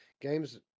games